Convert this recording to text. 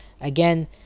again